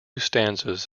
stanzas